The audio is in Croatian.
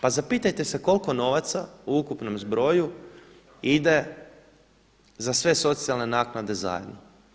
Pa zapitajte se koliko novaca u ukupnom zbroju ide za sve socijalne naknade zajedno.